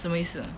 什么意思